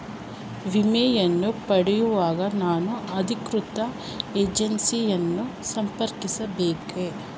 ವಿಮೆಯನ್ನು ಪಡೆಯುವಾಗ ನಾನು ಅಧಿಕೃತ ಏಜೆನ್ಸಿ ಯನ್ನು ಸಂಪರ್ಕಿಸ ಬೇಕೇ?